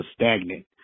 stagnant